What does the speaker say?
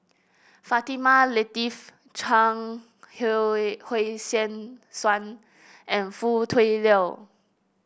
Fatimah Lateef Chuang Hui Tsuan and Foo Tui Liew